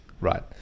right